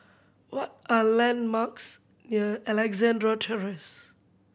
what are landmarks near Alexandra Terrace